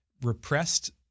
repressed